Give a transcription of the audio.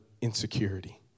insecurity